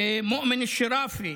למואם שראפי.